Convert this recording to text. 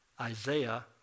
Isaiah